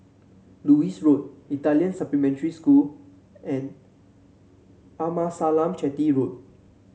Lewis Road Italian Supplementary School and Amasalam Chetty Road